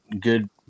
good